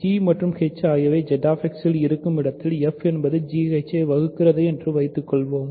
g மற்றும் h ஆகியவை Z X இல் இருக்கும் இடத்தில் f என்பது gh ஐ வகுக்கிறது என்று வைத்துக்கொள்வோம்